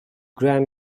grime